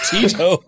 Tito